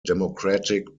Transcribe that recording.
democratic